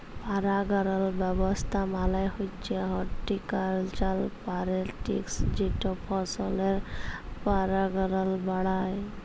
পারাগায়ল ব্যাবস্থা মালে হছে হরটিকালচারাল প্যারেকটিস যেট ফসলের পারাগায়ল বাড়ায়